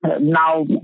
now